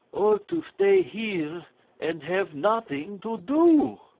or to stay here and have nothing to do?